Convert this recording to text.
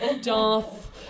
Darth